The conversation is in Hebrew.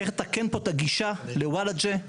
צריך לתקן פה את הגישה לוולאג'ה,